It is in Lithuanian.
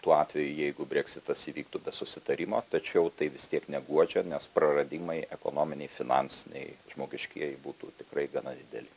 tuo atveju jeigu breksitas įvyktų be susitarimo tačiau tai vis tiek neguodžia nes praradimai ekonominiai finansiniai žmogiškieji būtų tikrai gana dideli